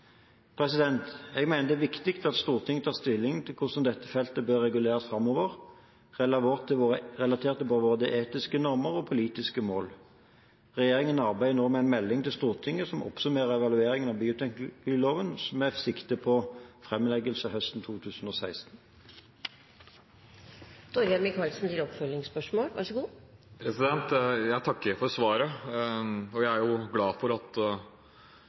Jeg mener det er viktig at Stortinget tar stilling til hvordan dette feltet bør reguleres framover, relatert til både våre etiske normer og politiske mål. Regjeringen arbeider nå med en melding til Stortinget som oppsummerer evalueringen av bioteknologiloven, med sikte på framleggelse høsten 2016. Jeg takker for svaret, og jeg er glad for at